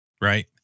right